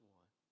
one